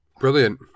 Brilliant